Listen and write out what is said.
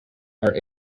are